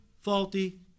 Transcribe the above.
faulty